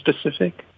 specific